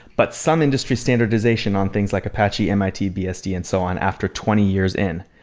but some industry standardization on things like apache, mit, bsd and so on after twenty years in.